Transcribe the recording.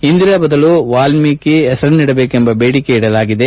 ಇಂದಿರಾ ಬದಲು ವಾಲ್ಲೀಕಿ ಹೆಸರನ್ನಿಡಬೇಕೆಂಬ ಬೇಡಿಕೆ ಇಡಲಾಗಿದೆ